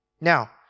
Now